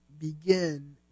begin